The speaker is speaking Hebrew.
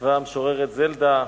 כתבה המשוררת זלדה: